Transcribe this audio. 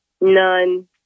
None